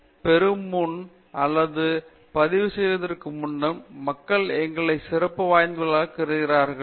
S பட்டம் பெறும் முன் அல்லது பதிவு செய்வதற்கு முன்னர் மக்கள் எங்களைப் சிறப்புப் வாய்ந்தவர்களாக கருதிகிறார்கள்